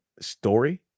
story